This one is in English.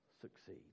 succeed